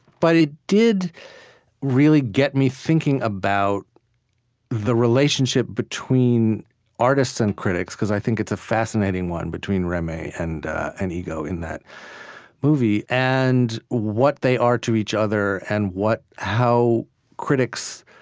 but it did really get me thinking about the relationship between artists and critics because i think it's a fascinating one between remy and and ego in that movie and what they are to each other, and how critics